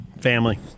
Family